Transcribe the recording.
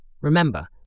Remember